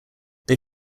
they